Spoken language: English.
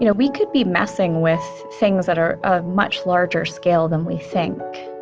you know we could be messing with things that are a much larger scale than we think